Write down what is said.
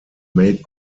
made